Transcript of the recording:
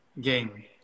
game